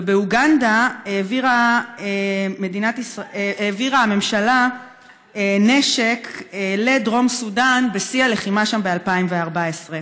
ובאוגנדה העבירה הממשלה נשק לדרום סודאן בשיא הלחימה שם ב-2014.